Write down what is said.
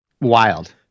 wild